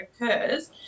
occurs